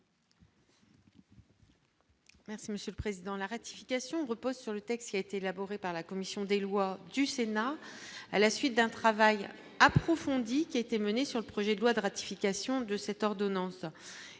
Merci Monsieur le Président, la ratification repose sur le texte qui a été élaboré par la commission des lois du Sénat à la suite d'un travail approfondi qui a été menée sur le projet de loi de ratification de cette ordonnance